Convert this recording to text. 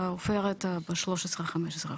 ועופרת ב- 13%-15%.